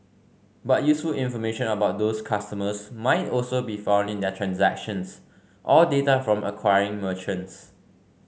but useful information about those customers might also be found in their transactions or data from acquiring merchants